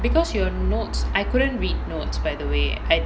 because your notes I couldn't read notes by the way I